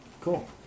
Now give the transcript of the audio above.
Cool